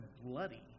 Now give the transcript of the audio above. bloody